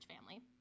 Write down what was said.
family